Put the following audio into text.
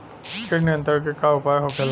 कीट नियंत्रण के का उपाय होखेला?